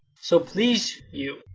so please you,